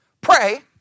Pray